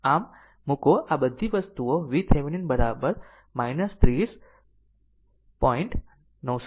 આમ મૂકો આ બધી વસ્તુઓ VThevenin 30